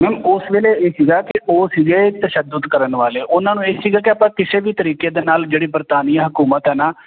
ma'am ਉਸ ਵੇਲੇ ਇਹ ਸੀਗਾ ਕਿ ਉਹ ਸੀਗੇ ਤਸ਼ੱਦਦ ਕਰਨ ਵਾਲੇ ਉਹਨਾਂ ਨੂੰ ਇਹ ਸੀਗਾ ਕਿ ਆਪਾਂ ਕਿਸੇ ਵੀ ਤਰੀਕੇ ਦੇ ਨਾਲ ਜਿਹੜੀ ਬਰਤਾਨੀਆ ਹਕੂਮਤ ਹੈ ਨਾ